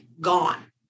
gone